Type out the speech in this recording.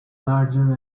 larger